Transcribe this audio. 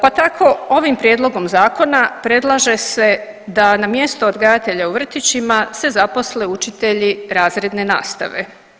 Pa tako ovim prijedlogom zakona predlaže se da na mjesto odgajatelja u vrtićima se zaposle učitelji razredne nastave.